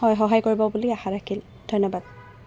হয় সহায় কৰিব বুলি আশা ৰাখিলোঁ ধন্যবাদ